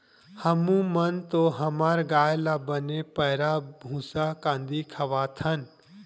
हमू मन तो हमर गाय ल बने पैरा, भूसा, कांदी खवाथन